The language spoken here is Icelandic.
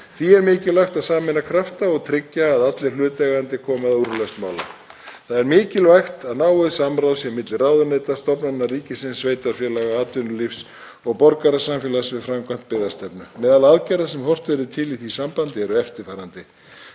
Því er mikilvægt að sameina krafta og tryggja að allir hlutaðeigandi komi að úrlausn mála. Það er mikilvægt að náið samráð sé milli ráðuneyta, stofnana ríkisins, sveitarfélaga, atvinnulífs og borgarasamfélags við framkvæmd byggðastefnu. Meðal aðgerða sem horft verður til í því sambandi eru eftirfarandi: